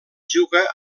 juga